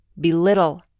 belittle